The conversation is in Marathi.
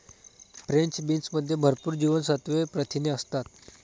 फ्रेंच बीन्समध्ये भरपूर जीवनसत्त्वे, प्रथिने असतात